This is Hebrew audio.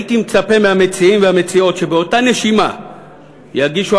הייתי מצפה מהמציעים ומהמציעות שבאותה נשימה יגישו